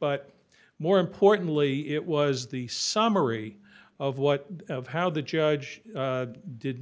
but more importantly it was the summary of what of how the judge